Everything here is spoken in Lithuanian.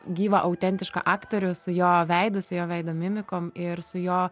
gyvą autentišką aktorius jo veidus jo veido mimikom ir su jo